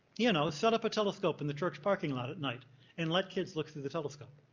you know, set up a telescope in the church parking lot at night and let kids look through the telescope.